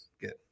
good